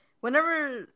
whenever